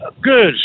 Good